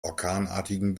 orkanartigen